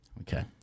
Okay